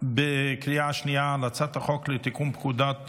בקריאה שנייה על הצעת חוק לתיקון פקודת